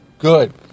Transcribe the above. good